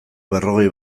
berrogei